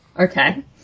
Okay